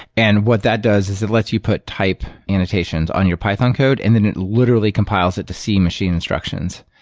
and what that does is it lets you put type annotations on your python code and then it literally compiles it to c machine instructions.